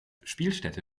spielstätte